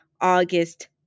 August